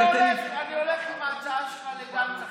אני הולך עם ההצעה שלך לגנץ עכשיו.